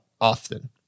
often